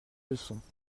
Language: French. leçons